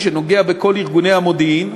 המודיעין, שנוגע בכל ארגוני המודיעין,